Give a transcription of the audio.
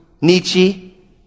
Nietzsche